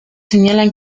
señalan